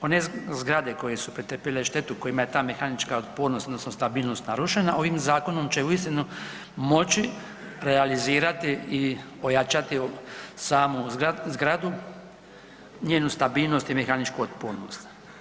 One zgrade koje su pretrpjele štetu kojima je ta mehanička otpornost odnosno stabilnost narušena ovim zakonom će uistinu moći realizirati i ojačati samu zgradu, njenu stabilnost i mehaničku otpornost.